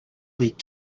leaked